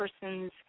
persons